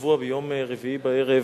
השבוע ביום רביעי בערב,